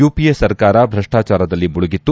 UPA ಸರ್ಕಾರ ಭ್ರಷ್ಲಾಚಾರದಲ್ಲಿ ಮುಳುಗಿತ್ತು